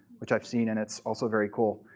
which i've seen, and it's also very cool.